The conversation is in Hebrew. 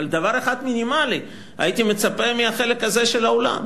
אבל דבר אחד מינימלי הייתי מצפה מהחלק הזה של האולם,